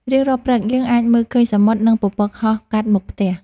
រៀងរាល់ព្រឹក យើងអាចមើលឃើញសមុទ្រ និងពពកហោះកាត់មុខផ្ទះ។